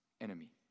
enemy